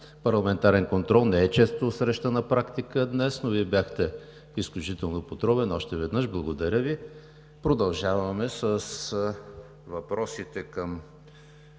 парламентарен контрол не е често срещана практика днес. Вие бяхте изключително подробен. Още веднъж Ви благодаря. Продължаваме с въпросите към